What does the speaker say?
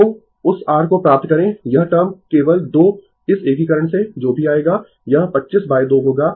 तो उस r को प्राप्त करें यह टर्म केवल 2 इस एकीकरण से जो भी आएगा यह 252 होगा